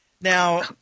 Now